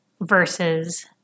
versus